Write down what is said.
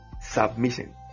submission